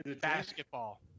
Basketball